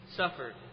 suffered